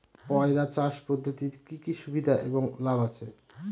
পয়রা চাষ পদ্ধতির কি কি সুবিধা এবং লাভ আছে?